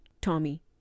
tommy